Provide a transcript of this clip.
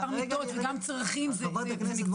גם מספר מיטות וגם צרכים זה